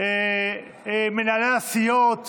מנהלי הסיעות,